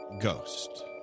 ghost